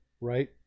right